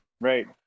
right